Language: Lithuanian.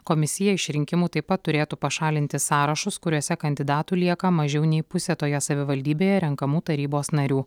komisija iš rinkimų taip pat turėtų pašalinti sąrašus kuriuose kandidatų lieka mažiau nei pusė toje savivaldybėje renkamų tarybos narių